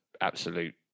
absolute